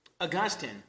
Augustine